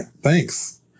Thanks